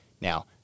Now